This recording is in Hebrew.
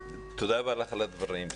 תודה רבה לך על הדברים.